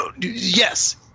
Yes